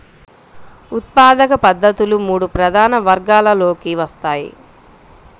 ఉత్పాదక పద్ధతులు మూడు ప్రధాన వర్గాలలోకి వస్తాయి